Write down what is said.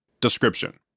Description